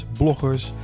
bloggers